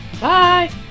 bye